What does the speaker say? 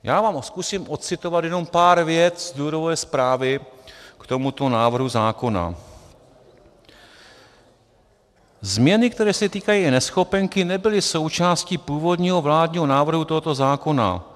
Já vám zkusím ocitovat jenom pár vět z důvodové zprávy k tomuto návrhu zákona: Změny, které se týkají eNeschopenky, nebyly součástí původního vládního návrhu tohoto zákona.